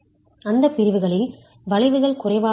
அந்தப் பிரிவுகளில் வளைவுகள் குறைவாக இருக்கும்